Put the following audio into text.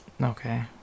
okay